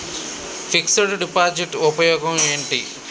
Fix డ్ deposit ఉపయోగం ఏంటి?